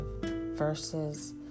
verses